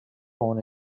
born